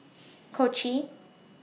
Kochi